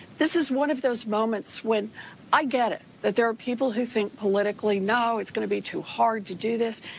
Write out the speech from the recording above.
this is one of those moments when i get it, that there are people who think politically, no, it's going to be too hard to do this.